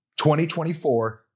2024